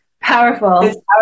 powerful